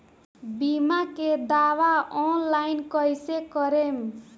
बीमा के दावा ऑनलाइन कैसे करेम?